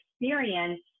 experience